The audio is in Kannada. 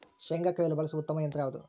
ಶೇಂಗಾ ಕೇಳಲು ಬಳಸುವ ಉತ್ತಮ ಯಂತ್ರ ಯಾವುದು?